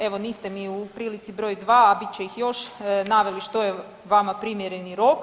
Evo niste mi u prilici broj 2, a bit će ih još naveli što je vama primjerni rok.